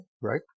right